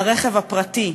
לרכב הפרטי,